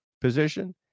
position